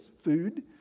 food